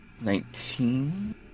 Nineteen